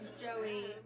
Joey